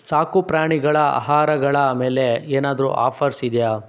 ಸಾಕು ಪ್ರಾಣಿಗಳ ಅಹಾರಗಳ ಮೇಲೆ ಏನಾದರೂ ಆಫರ್ಸ್ ಇದೆಯಾ